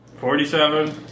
forty-seven